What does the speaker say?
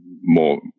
more